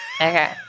Okay